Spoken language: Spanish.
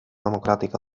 democrática